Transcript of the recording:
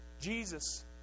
Jesus